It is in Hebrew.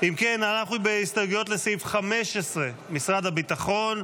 אם כן, אנחנו בהסתייגויות לסעיף 15, משרד הביטחון,